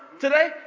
today